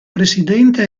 presidente